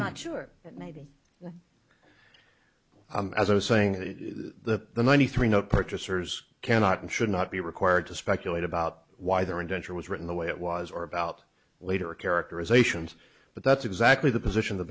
not sure that maybe i'm as i was saying it is the ninety three know purchasers cannot and should not be required to speculate about why their indenture was written the way it was or about later characterizations but that's exactly the position t